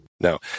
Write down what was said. No